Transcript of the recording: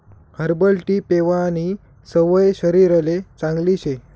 herbal tea पेवानी सवय शरीरले चांगली शे